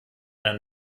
eine